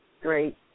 great